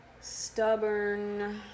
stubborn